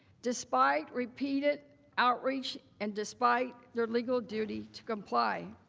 despite repeated outreach and despite the legal duty to comply.